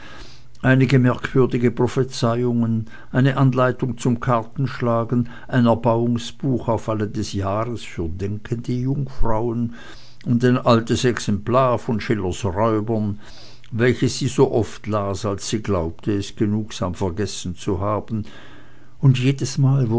einige merkwürdige prophezeiungen eine anleitung zum kartenschlagen ein erbauungsbuch auf alle tage des jahres für denkende jungfrauen und ein altes exemplar von schillers räubern welches sie so oft las als sie glaubte es genugsam vergessen zu haben und jedesmal